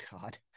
God